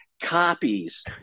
copies